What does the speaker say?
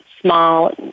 small